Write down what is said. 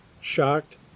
shocked